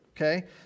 okay